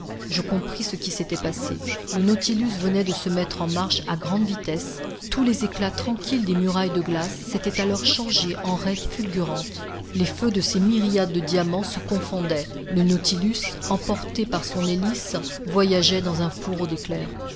je compris ce qui s'était passé le nautilus venait de se mettre en marche à grande vitesse tous les éclats tranquilles des murailles de glace s'étaient alors changés en raies fulgurantes les feux de ces myriades de diamants se confondaient le nautilus emporté par son hélice voyageait dans un fourreau d'éclairs